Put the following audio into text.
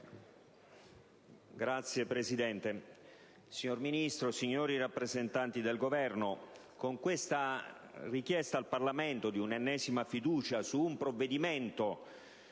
Signor Presidente, signor Ministro, signori rappresentanti del Governo, con questa richiesta al Parlamento di un'ennesima fiducia su un provvedimento